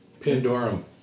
Pandorum